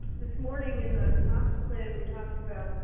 this morning in the plan we talked about